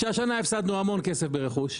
שהשנה הפסדנו המון כסף ברכוש,